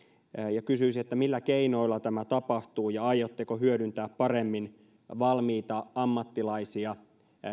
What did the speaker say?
ja kysyisin millä keinoilla tämä tapahtuu ja aiotteko hyödyntää paremmin valmiita ammattilaisia